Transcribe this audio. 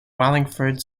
wallingford